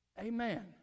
Amen